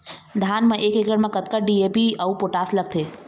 धान म एक एकड़ म कतका डी.ए.पी अऊ पोटास लगथे?